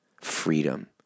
freedom